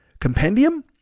compendium